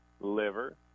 liver